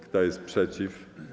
Kto jest przeciw?